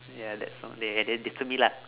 ya that song ya ya the~ they disturb me lah